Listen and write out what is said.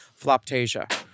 Floptasia